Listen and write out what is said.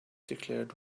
declared